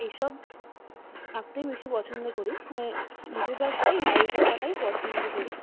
এসব আঁকতেই বেশি পছন্দ করি মানে বেশিরভাগটাই লাইভ আঁকাটাই পছন্দ করি